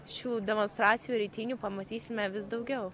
šių demonstracijų ir eitynių pamatysime vis daugiau